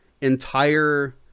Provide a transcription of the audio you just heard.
entire